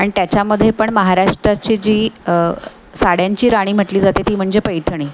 अण त्याच्यामध्ये पण महाराष्ट्राची जी साड्यांची राणी म्हटली जाते ती म्हणजे पैठणी